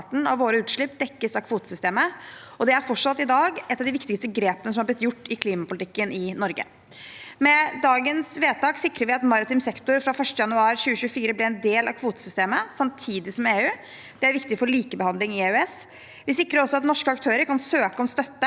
av våre utslipp dekkes av kvotesystemet. Det er fortsatt i dag et av de viktigste grepene som har blitt gjort i klimapolitikken i Norge. Med dagens vedtak sikrer vi at maritim sektor fra 1. januar 2024 blir en del av kvotesystemet, samtidig som EU. Det er viktig for likebehandling i EØS. Vi sikrer også at norske aktører kan søke om støtte